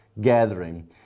gathering